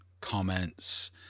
comments